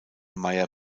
meyer